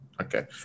okay